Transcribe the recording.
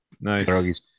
Nice